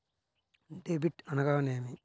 Debit అనగానేమి?